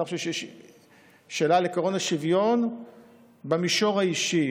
אני לא חושב שיש שאלה על עקרון השוויון במישור האישי.